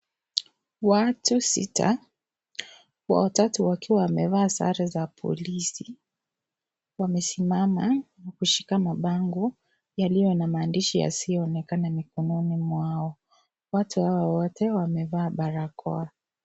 Watu sita, watatu wakiwa wamevaa sare za polisi. Wamesimama na kushika mabango yaliyo na maandishi yasiyoonekana mikononi mwao. Watu hawa wote wamevaa barakoa.